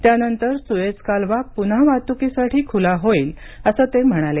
त्यानंतर सुएझ कालवा पुन्हा वाहतुकीसाठी खुला होईल असं ते म्हणाले